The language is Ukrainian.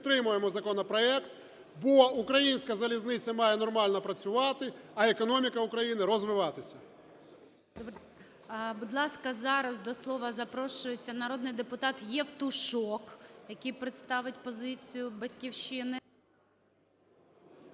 підтримуємо законопроект, бо українська залізниця має нормально працювати, а економіка України розвиватися.